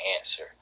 answer